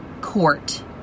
court